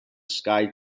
sky